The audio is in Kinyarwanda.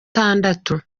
gatandatu